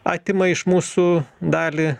atima iš mūsų dalį